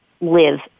live